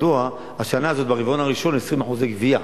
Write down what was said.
מדוע השנה הזאת ברבעון הראשון היו 20% גבייה.